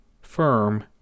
firm